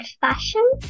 fashion